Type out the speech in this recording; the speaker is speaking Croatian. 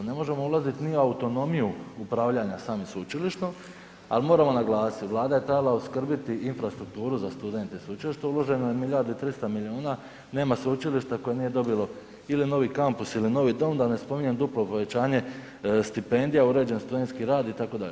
Ne možemo ulaziti ni u autonomiju upravljanja samim sveučilištem, ali moramo naglasiti, Vlada je trebala opskrbiti infrastrukturu za studente sveučilišta, uloženo je milijardu i 300 milijuna, nema sveučilišta koje nije dobilo ili novi kampus ili novi dom, da ne spominjem duplo povećanje stipendija, uređen studentski rad, itd.